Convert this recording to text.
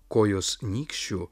kojos nykščiu